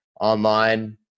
online